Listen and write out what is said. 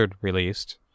released